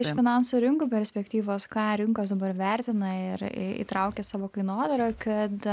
iš finansų rinkų perspektyvos ką rinkos dabar vertina ir įtraukia į savo kainodarą kad